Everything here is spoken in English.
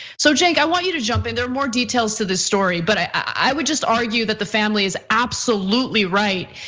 so, jake, i want you to jump in there more details to the story, but i i would just argue that the family is absolutely right,